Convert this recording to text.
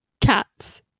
Cats